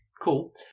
cool